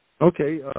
Okay